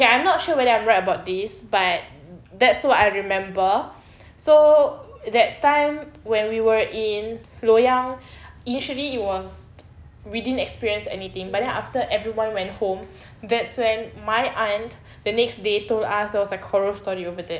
okay I'm not sure whether I'm right about this but that's what I remember so that time when we were in loyang initially it was we didn't experience anything but then after everyone went home that's when my aunt the next day told us there was a horror story over there